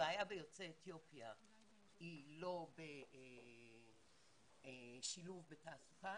הבעיה ביוצאי אתיופיה היא לא בשילוב בתעסוקה,